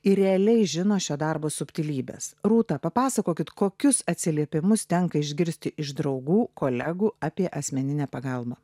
ir realiai žino šio darbo subtilybes rūta papasakokit kokius atsiliepimus tenka išgirsti iš draugų kolegų apie asmeninę pagalbą